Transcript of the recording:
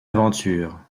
aventure